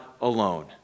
alone